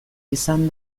izan